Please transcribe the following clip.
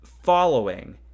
Following